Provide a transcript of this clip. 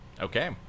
Okay